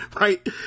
right